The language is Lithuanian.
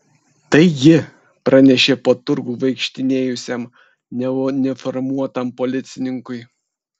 tai ji pranešė po turgų vaikštinėjusiam neuniformuotam policininkui